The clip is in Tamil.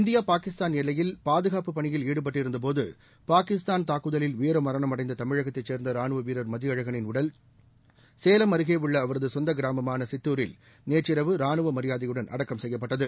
இந்தியா பாகிஸ்தான் எல்லையில் பாதுகாப்பு பணியில் ஈடுபட்டிருந்த போது பாகிஸ்தான் தாக்குதலில் வீரமரணம் அடைந்த தமிழகத்தை சேர்ந்த ரானுவவீரர் மதியழகனின் உடல் சேலம் அருகே உள்ள அவரது சொந்த கிராமமான சித்தூரில் நேற்றிரவு ரானுவ மரியாதைகளுடன் அடக்கம் செய்யப்பட்டது